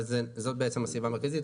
אבל זאת בעצם הסיבה המרכזית.